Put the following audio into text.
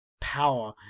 power